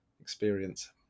experience